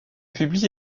publie